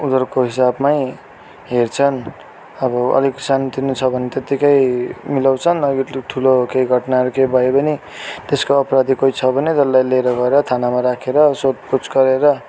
उनीहरूको हिसाबमै हेर्छन् अब अलिक सानोतिनो छ भने त्यतिकै मिलाउँछन् अलिक ठुलो केही घटनाहरू केही भयो भने त्यसको अपराधी कोही छ भने त्यसलाई लिएर गएर थानामा राखेर सोधपुछ गरेर